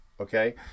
Okay